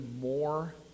more